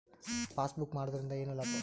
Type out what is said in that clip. Passbook ಮಾಡುದರಿಂದ ಏನು ಲಾಭ?